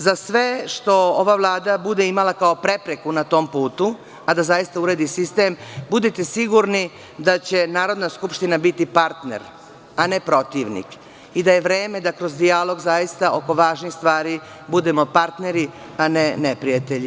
Za sve što ova Vlada bude imala kao prepreku na tom putu, a da zaista uredi sistem, budite sigurni da će Narodna skupština biti partner, a ne protivnik, i da je vreme da kroz dijalog zaista oko važnih stvari budemo partneri, a ne neprijatelji.